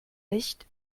licht